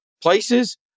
places